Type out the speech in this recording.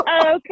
Okay